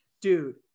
dude